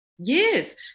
Yes